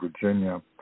Virginia